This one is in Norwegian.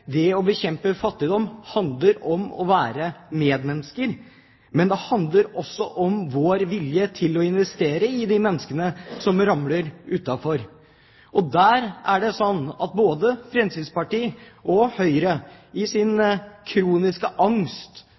Det å bekjempe fattigdom handler om å være medmennesker, men det handler også om vår vilje til å investere i de menneskene som ramler utenfor. Det er både Fremskrittspartiet og Høyre som i sin kroniske angst